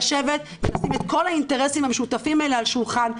לשבת ולשים את כל האינטרסים המשותפים האלה על שולחן,